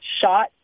shot